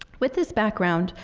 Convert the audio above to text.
with this background,